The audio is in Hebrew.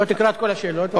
תקרא את כל השאלות.